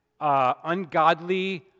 ungodly